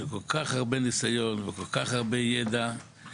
שכל כך הרבה ניסיון וכל כך הרבה ידע יש לו.